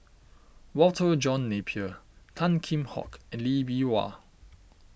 Walter John Napier Tan Kheam Hock and Lee Bee Wah